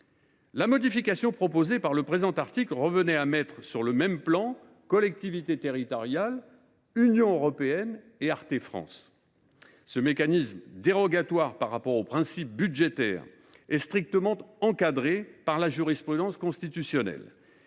La modification prévue par l’article 2 revenait à mettre sur le même plan collectivités territoriales, Union européenne et Arte France. Ce mécanisme, dérogatoire par rapport aux principes budgétaires, est strictement encadré par la jurisprudence constitutionnelle.